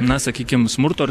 na sakykim smurto